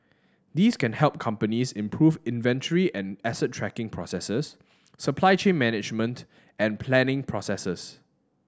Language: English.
these can help companies improve inventory and asset tracking processes supply chain management and planning processes